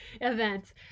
events